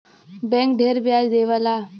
bank ढेर ब्याज देवला